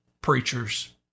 preachers